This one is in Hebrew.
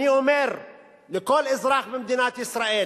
אני אומר לכל אזרח במדינת ישראל